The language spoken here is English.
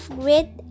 great